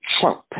Trump